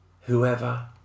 whoever